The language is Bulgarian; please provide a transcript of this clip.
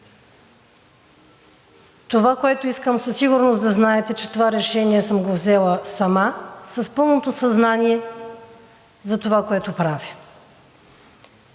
Това, което искам със сигурност да знаете, е, че това решение съм го взела сама, с пълното съзнание за това, което правя.